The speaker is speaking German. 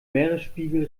meeresspiegel